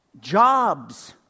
jobs